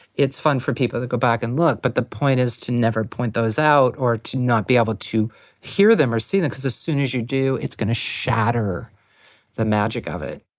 it's fun for people to go back and look, but the point is to never point those out or to not be able to hear them or see them because as soon as you do, it's going to shatter the magic of it